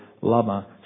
lama